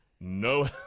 no